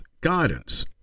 guidance